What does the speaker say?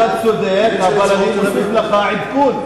אתה צודק, אבל אני נותן לך עדכון.